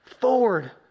forward